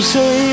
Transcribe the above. say